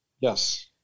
Yes